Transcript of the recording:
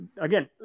again